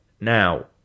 Now